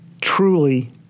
truly